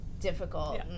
difficult